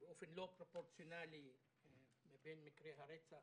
באופן לא פרופורציונלי לבין מקרי הרצח,